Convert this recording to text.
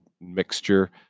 mixture